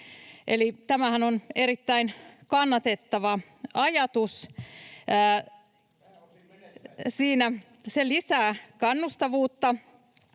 tämähän on erittäin kannatettava ajatus. Se lisää kannustavuutta